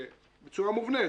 בצורה מובנית